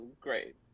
great